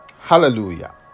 Hallelujah